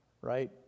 right